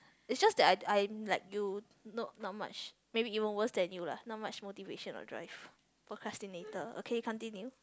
it's just that I I'm like you no not much maybe even worse than you lah not much motivation or drive procrastinator okay continue